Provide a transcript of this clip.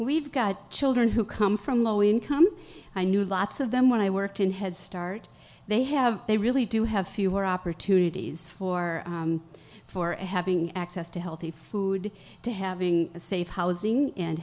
we've got children who come from low income i knew lots of them when i worked in head start they have they really do have fewer opportunities for for having access to healthy food to having a safe housing and